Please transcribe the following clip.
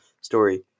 story